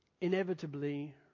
inevitably